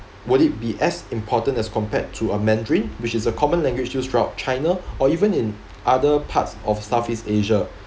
would it be as important as compared to our mandarin which is a common language used throughout china or even in other parts of southeast asia